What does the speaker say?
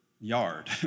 yard